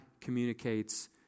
communicates